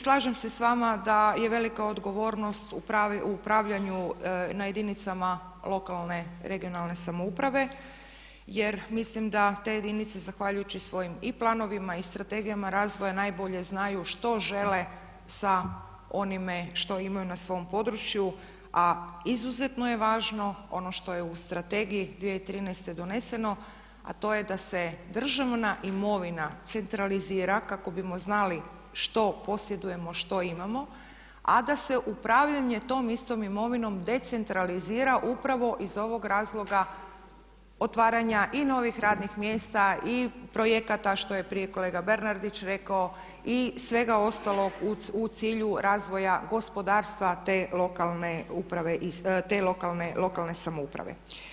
Slažem se sa vama da je velika odgovornost u upravljanju na jedinicama lokalne, regionalne samouprave jer mislim da te jedinice zahvaljujući svojim i planovima i strategijama razvoja najbolje znaju što žele sa onime što imaju na svom području a izuzetno je važno ono što je u Strategiji 2013. doneseno, a to je da se državna imovina centralizira kako bismo znali što posjedujemo, što imamo a da se upravljanje tom istom imovinom decentralizira upravo iz ovog razloga otvaranja i novih radnih mjesta i projekata što je prije kolega Bernardić rekao i svega ostalog u cilju razvoja gospodarstva te lokalne samouprave.